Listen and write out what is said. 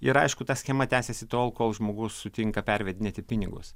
ir aišku ta schema tęsiasi tol kol žmogus sutinka pervedinėti pinigus